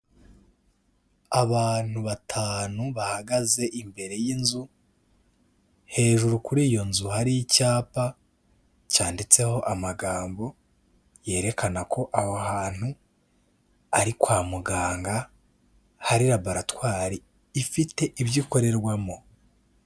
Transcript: Abantu batanu bahagaze imbere y'inzu, hejuru kuri iyo nzu hari icyapa cyanditseho amagambo yerekana ko aho hantu ari kwa muganga, hari raboratwari ifite ibyo ikorerwamo.